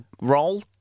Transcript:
roll